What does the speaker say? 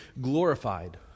glorified